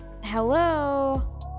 hello